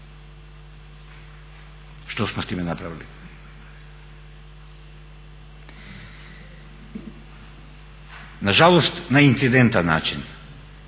Što smo s time napravili? Na žalost na incidentan način